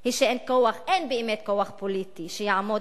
היא שאין באמת כוח פוליטי שיעמוד